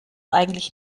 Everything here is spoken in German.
eigentlich